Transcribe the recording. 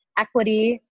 Equity